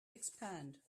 expand